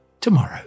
tomorrow